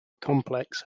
complex